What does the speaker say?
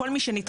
כל מי שנדחה,